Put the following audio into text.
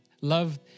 love